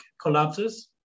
collapses